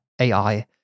AI